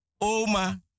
oma